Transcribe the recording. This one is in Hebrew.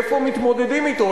איפה מתמודדים אתו?